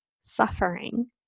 suffering